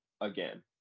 again